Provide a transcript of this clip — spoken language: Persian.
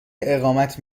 اقامت